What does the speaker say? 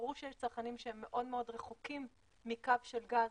ברור שיש צרכנים שהם מאוד מאוד רחוקים מקו של גז,